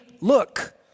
look